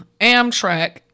Amtrak